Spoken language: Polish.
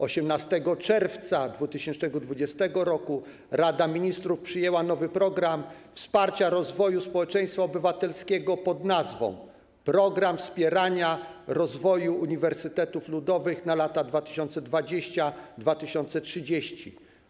18 czerwca 2020 r. Rada Ministrów przyjęła nowy program wsparcia rozwoju społeczeństwa obywatelskiego pod nazwą ˝Program wspierania rozwoju uniwersytetów ludowych na lata 2020-2030˝